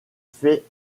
fait